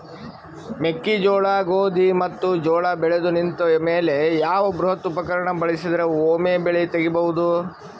ಮೆಕ್ಕೆಜೋಳ, ಗೋಧಿ ಮತ್ತು ಜೋಳ ಬೆಳೆದು ನಿಂತ ಮೇಲೆ ಯಾವ ಬೃಹತ್ ಉಪಕರಣ ಬಳಸಿದರ ವೊಮೆ ಬೆಳಿ ತಗಿಬಹುದು?